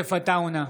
יוסף עטאונה,